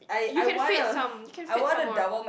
you can feed some you can feed some more